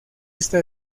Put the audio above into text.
esta